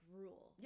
rule